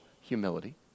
humility